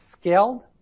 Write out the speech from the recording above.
scaled